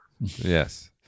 yes